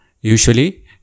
usually